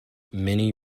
many